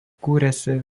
kūrėsi